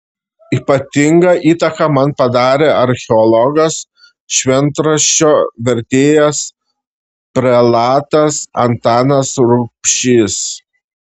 ypatingą įtaką man padarė archeologas šventraščio vertėjas prelatas antanas rubšys